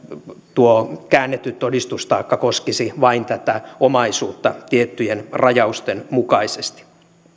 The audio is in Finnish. tuo käännetty todistustaakka koskisi vain tätä omaisuutta tiettyjen rajausten mukaisesti